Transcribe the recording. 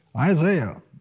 Isaiah